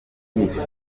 kwishima